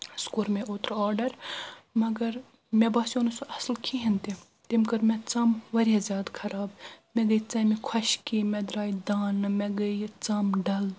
سُہ کوٚر مےٚ اوترٕ آڈر مگر مےٚ باسیو نہٕ سُہ اصل کہیٖنۍ تہِ تٔمۍ کٔر مےٚ ژم واریاہ زیادٕ خراب مےٚ گٔے ژمہِ خۄشکی مےٚ درٛایہِ دانہٕ مےٚ گٔے یہِ ژم ڈل